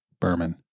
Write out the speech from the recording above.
Berman